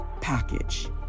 package